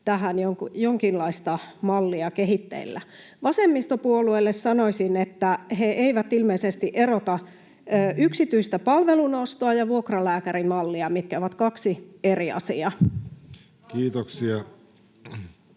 tähän jonkinlaista mallia kehitteillä? Vasemmistopuolueille sanoisin, että ne eivät ilmeisesti erota yksityistä palvelun ostoa ja vuokralääkärimallia, mitkä ovat kaksi eri asiaa. Kiitoksia.